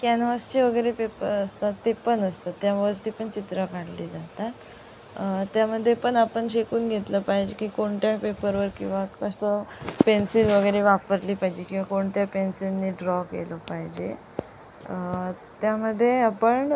कॅनव्हासचे वगैरे पेपर असतात ते पण असतात त्यावरती पण चित्रं काढली जातात त्यामध्ये पण आपण शिकून घेतलं पाहिजे की कोणत्या पेपरवर किंवा कसं पेन्सिल वगैरे वापरली पाहिजे किंवा कोणत्या पेन्सिलने ड्रॉ केलं पाहिजे त्यामध्ये आपण